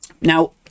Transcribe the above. Now